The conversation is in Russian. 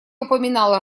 упоминал